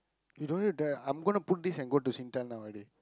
you don't know that I'm gonna put this and go to Singtel now already